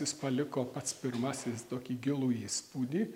jis paliko pats pirmasis tokį gilų įspūdį